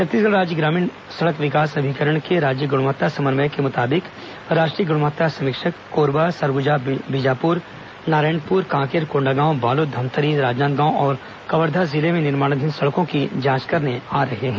छत्तीसगढ़ राज्य ग्रामीण सड़क विकास अभिकरण के राज्य ग्रणवत्ता समन्वयंक के मुताबिक राष्ट्रीय गुणवत्ता समीक्षक कोरबा सरगुजा बीजापुर नारायणपुर कांकेर कोण्डागांव बालोद धमतरी राजनांदगांव और कवर्धा जिले में निर्माणाधीन सड़कों की जांच करने आ रहे हैं